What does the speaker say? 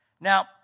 Now